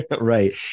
Right